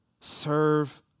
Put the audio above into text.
Serve